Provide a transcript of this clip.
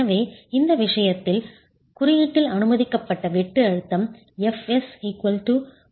எனவே இந்த விஷயத்தில் குறியீட்டில் அனுமதிக்கப்பட்ட வெட்டு அழுத்தம் fs 0